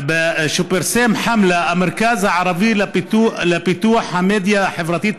ופרסם חמלה, המרכז הערבי לפיתוח המדיה החברתית.